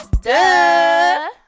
Duh